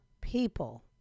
people